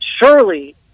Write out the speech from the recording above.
Surely